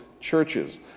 churches